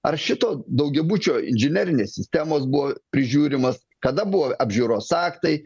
ar šito daugiabučio inžinerinės sistemos buvo prižiūrimas kada buvo apžiūros aktai